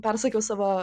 persakiau savo